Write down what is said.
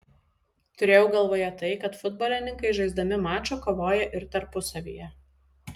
turėjau galvoje tai kad futbolininkai žaisdami mačą kovoja ir tarpusavyje